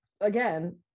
again